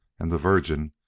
and the virgin,